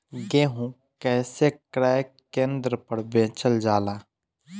गेहू कैसे क्रय केन्द्र पर बेचल जाला?